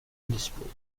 display